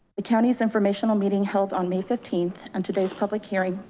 the counties informational meeting held on may fifteenth and today's public hearing.